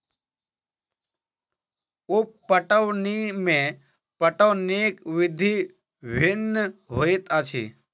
उप पटौनी मे पटौनीक विधि भिन्न होइत अछि